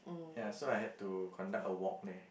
ya so I had to conduct a walk there